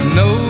no